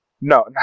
No